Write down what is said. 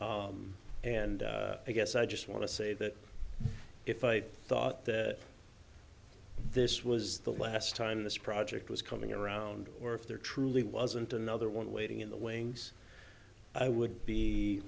good and i guess i just want to say that if i thought that this was the last time this project was coming around or if there truly wasn't another one waiting in the wings i would be